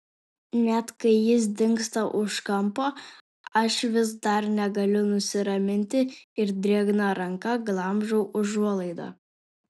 net kai jis dingsta už kampo aš vis dar negaliu nusiraminti ir drėgna ranka glamžau užuolaidą